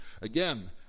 Again